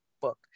book